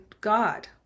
God